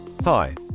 Hi